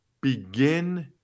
begin